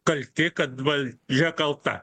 kalti kad valdžia kalta